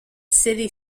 city